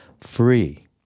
free